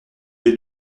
les